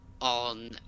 on